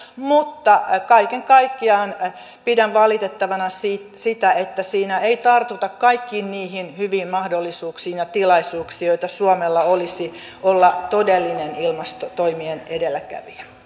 mutta kaiken kaikkiaan pidän valitettavana sitä sitä että siinä ei tartuta kaikkiin niihin hyviin mahdollisuuksiin ja tilaisuuksiin joita suomella olisi ollakseen todellinen ilmastotoimien edelläkävijä